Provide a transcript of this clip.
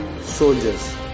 soldiers